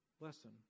lesson